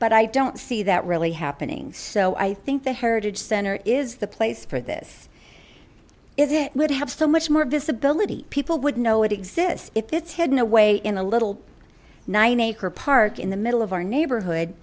but i don't see that really happening so i think the heritage center is the place for this is it would have so much more visibility people would know it exists if it's hidden away in a little nine acre park in the middle of our neighborhood